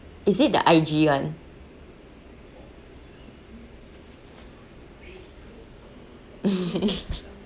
is it the I_G [one]